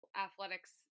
athletics